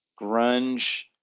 grunge